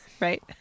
right